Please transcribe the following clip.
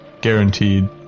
guaranteed